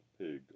pig